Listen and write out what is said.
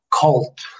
cult